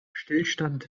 stillstand